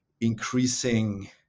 increasing